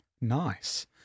nice